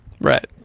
Right